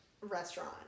restaurant